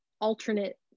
alternate